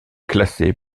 classé